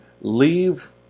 leave